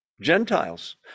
Gentiles